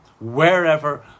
wherever